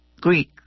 Greek